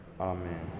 Amen